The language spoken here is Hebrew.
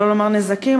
שלא לומר נזקים,